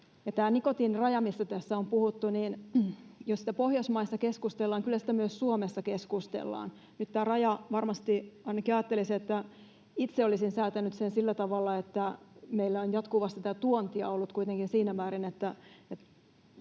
nikotiiniraja, mistä tässä on puhuttu: jos siitä Pohjoismaissa keskustellaan, niin kyllä siitä myös Suomessa keskustellaan. Tästä rajasta ajattelisin, että ainakin itse olisin varmasti säätänyt sen sillä tavalla, että meillä on jatkuvasti ollut tuontia kuitenkin siinä määrin, että